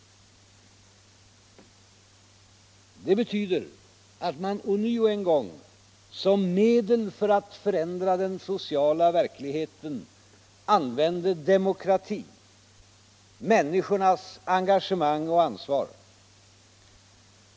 Detta betyder att man ånyo som medel för att förändra den sociala verkligheten använde demokratin, människornas engagemang och ansvar.